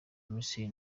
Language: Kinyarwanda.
misiri